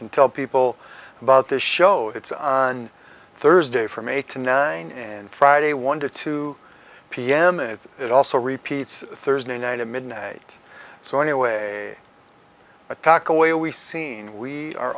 can tell people about this show it's on thursday from eight to nine and friday one to two pm it's it also repeats thursday night at midnight so anyway attack away we seen we are